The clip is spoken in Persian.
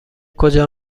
کجا